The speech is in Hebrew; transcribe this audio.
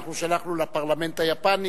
אנחנו שלחנו לפרלמנט היפני